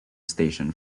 station